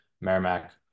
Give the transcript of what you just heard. Merrimack